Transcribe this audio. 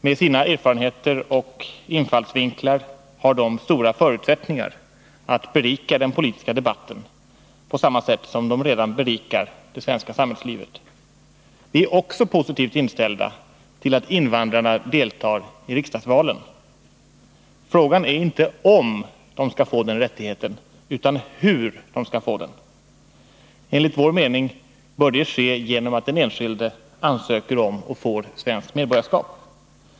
Med sina erfarenheter och infallsvinklar har de stora förutsättningar att berika den politiska debatten på samma sätt som de redan berikar det svenska samhällslivet. Vi är också positivt inställda till att invandrarna deltar i riksdagsvalen. Frågan är inte om de skall få den rättigheten utan hur de skall få den. Enligt vår mening bör det ske genom att den enskilde ansöker om och får svenskt medborgarskap.